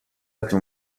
تون